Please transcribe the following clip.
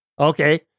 Okay